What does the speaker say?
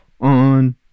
on